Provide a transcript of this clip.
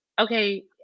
okay